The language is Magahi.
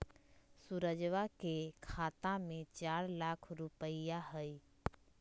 सुरजवा के खाता में चार लाख रुपइया हई